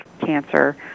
cancer